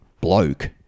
bloke